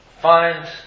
find